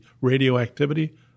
radioactivity